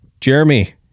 Jeremy